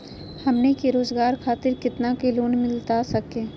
हमनी के रोगजागर खातिर कितना का लोन मिलता सके?